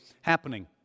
happening